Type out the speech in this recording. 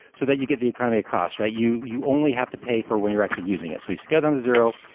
so that you give the economy a cost, right? you you only have to pay for when you're actually using it. so you scale down to zero,